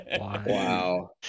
Wow